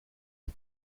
het